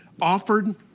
offered